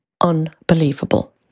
unbelievable